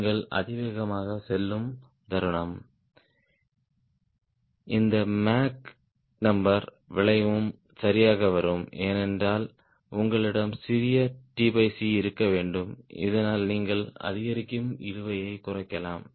நீங்கள் அதிவேகமாகச் செல்லும் தருணம் இந்த மேக் நம்பர் விளைவும் சரியாக வரும் ஏனென்றால் உங்களிடம் சிறிய இருக்க வேண்டும் இதனால் நீங்கள் அதிகரிக்கும் இழுவைக் குறைக்கலாம்